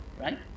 right